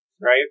right